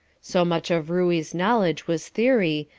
so much of ruey's knowledge was theory,